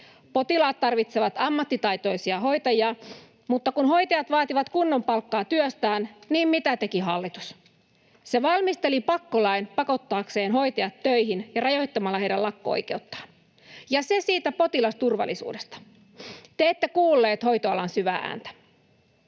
Potilaat tarvitsevat ammattitaitoisia hoitajia, mutta kun hoitajat vaativat kunnon palkkaa työstään, niin mitä teki hallitus? Se valmisteli pakkolain hoitajien pakottamiseksi töihin ja rajoittamalla heidän lakko-oikeuttaan — se siitä potilasturvallisuudesta. Te ette kuulleet hoitoalan syvää ääntä.